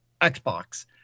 Xbox